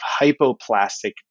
hypoplastic